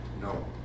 No